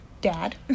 dad